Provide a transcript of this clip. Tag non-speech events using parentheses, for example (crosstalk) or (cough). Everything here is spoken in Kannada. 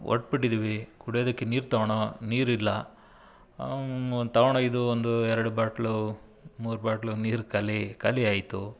ಹೊರ್ಟ್ಬಿಟ್ಟಿದ್ದೀವಿ ಕುಡಿಯೋದಕ್ಕೆ ನೀರು ತಗೊಳ್ಳೋ ನೀರಿಲ್ಲ (unintelligible) ತಗೊಂಡು ಹೋಗಿದ್ದು ಒಂದು ಎರಡು ಬಾಟ್ಲು ಮೂರು ಬಾಟ್ಲು ನೀರು ಖಾಲಿ ಖಾಲಿ ಆಯಿತು